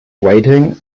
waiting